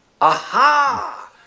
aha